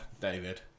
David